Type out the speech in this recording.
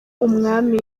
umwami